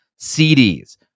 CDs